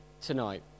tonight